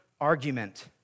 argument